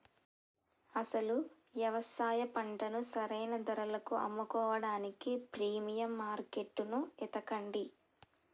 అసలు యవసాయ పంటను సరైన ధరలకు అమ్ముకోడానికి ప్రీమియం మార్కేట్టును ఎతకండి